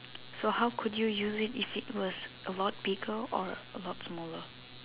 so how could you use it if it was a lot bigger or a lot smaller